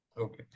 Okay